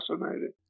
fascinating